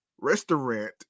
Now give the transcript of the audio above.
restaurant